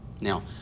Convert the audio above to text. Now